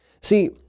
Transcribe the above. See